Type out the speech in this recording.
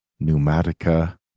pneumatica